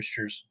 moistures